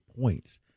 points